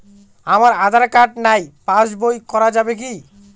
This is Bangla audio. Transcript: আমার আঁধার কার্ড নাই পাস বই করা যাবে কি?